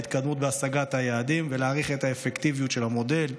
ההתקדמות והשגת היעדים ולהעריך את האפקטיביות של המודל,